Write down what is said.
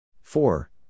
Four